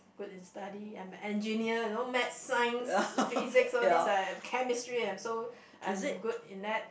good in study I am engineer you know maths science physics all these I am chemistry I am so I am good in that